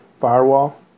Firewall